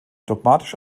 dogmatisch